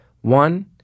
One